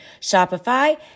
Shopify